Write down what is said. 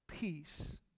peace